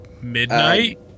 midnight